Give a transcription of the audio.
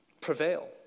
prevail